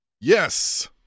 yes